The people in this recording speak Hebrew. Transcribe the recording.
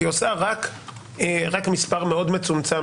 כי היא עושה רק מספר מאוד מצומצם.